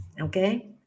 okay